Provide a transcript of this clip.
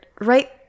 Right